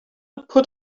put